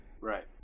Right